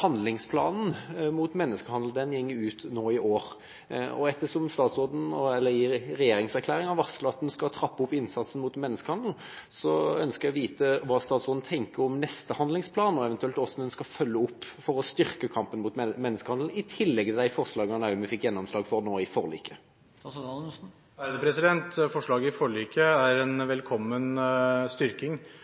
Handlingsplanen mot menneskehandel går ut nå i år, og ettersom en i regjeringserklæringa varsler at en skal trappe opp innsatsen mot menneskehandel, ønsker jeg å vite hva statsråden tenker om neste handlingsplan, og eventuelt hvordan en skal følge opp for å styrke kampen mot menneskehandel, i tillegg til de forslagene vi nå fikk gjennomslag for i forliket. Forslaget i forliket er en velkommen styrking